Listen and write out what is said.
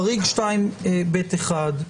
חריג 2ב(1)